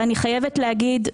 ואני חייבת לומר,